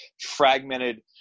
fragmented